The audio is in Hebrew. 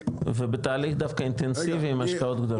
ובתהליך דווקא אינטנסיבי עם השקעות גדולות.